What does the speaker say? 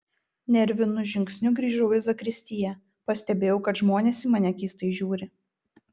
nervinu žingsniu grįžau į zakristiją pastebėjau kad žmonės į mane keistai žiūri